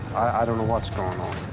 i don't know what's going on.